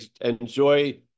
enjoy